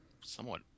somewhat